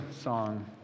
song